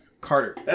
Carter